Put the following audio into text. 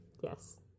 yes